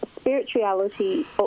spirituality